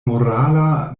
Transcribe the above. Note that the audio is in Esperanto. morala